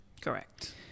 Correct